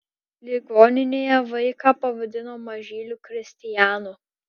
ligoninėje vaiką pavadino mažyliu kristijanu